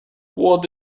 what